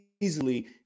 easily